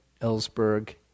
Ellsberg